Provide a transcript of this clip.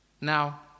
Now